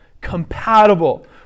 Compatible